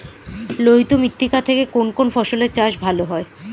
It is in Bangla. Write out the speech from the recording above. লোহিত মৃত্তিকা তে কোন কোন ফসলের চাষ ভালো হয়?